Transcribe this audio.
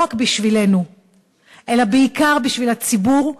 לא רק בשבילנו אלא בעיקר בשביל הציבור,